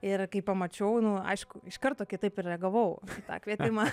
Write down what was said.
ir kai pamačiau nu aišku iš karto kitaip ir reagavau į tą kvietimą